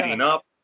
up